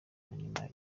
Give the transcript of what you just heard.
nyina